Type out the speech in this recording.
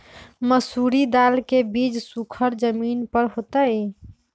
मसूरी दाल के बीज सुखर जमीन पर होतई?